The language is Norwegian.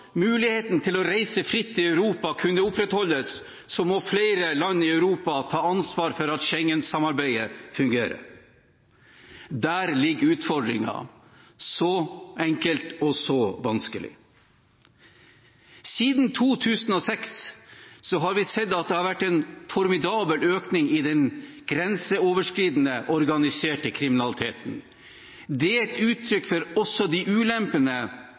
muligheten til å reise fritt i Europa kunne opprettholdes, må flere land i Europa ta ansvar for at Schengen-samarbeidet fungerer. Der ligger utfordringen – så enkelt og så vanskelig. Siden 2006 har vi sett at det har vært en formidabel økning i den grenseoverskridende, organiserte kriminaliteten. Det er et uttrykk for de ulempene